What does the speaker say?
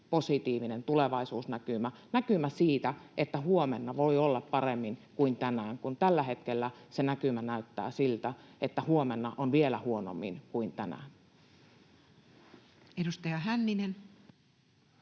positiivinen tulevaisuusnäkymä — näkymä siitä, että huomenna voi olla paremmin kuin tänään, kun tällä hetkellä se näkymä näyttää siltä, että huomenna on vielä huonommin kuin tänään. [Speech